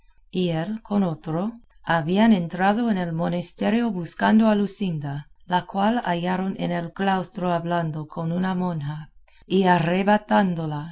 y él con otro habían entrado en el monesterio buscando a luscinda la cual hallaron en el claustro hablando con una monja y arrebatándola